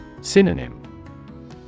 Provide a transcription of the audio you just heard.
Synonym